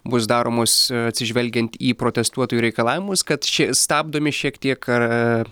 bus daromos atsižvelgiant į protestuotojų reikalavimus kad ši stabdomi šiek tiek